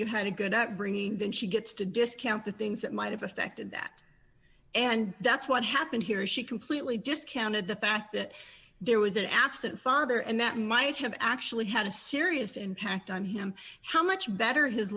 you had a good upbringing then she gets to discount the things that might have affected that and that's what happened here is she completely discounted the fact that there was an absent father and that might have actually had a serious impact on him how much better his